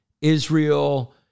Israel